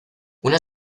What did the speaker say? una